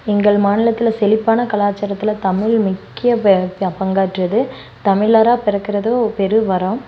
எங்கள் மாநிலத்தில் செழிப்பான கலாச்சாரத்தில் தமிழ் முக்கிய ப பா பங்காற்றியது தமிழராக பிறக்கிறது ஒரு பெரும் வரம்